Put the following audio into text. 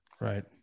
right